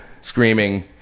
Screaming